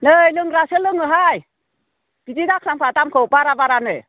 नै लोंग्रायासो लोङोहाय बिदि दा खालामखा दामखौ बारा बारानो